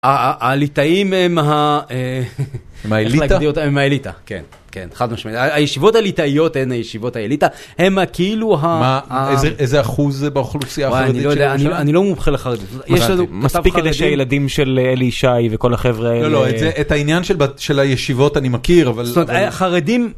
הליטאים הם האליטה, איך להגדיר אותם, הם האליטה, חד משמעית, הישיבות הליטאיות הן הישיבות האליטה, הם כאילו, איזה אחוז זה באוכלוסייה החרדית, אני לא מומחה לחרדית, מספיק כדי שהילדים של אלי ישי וכל החבר'ה, לא, לא, את העניין של הישיבות אני מכיר, חרדים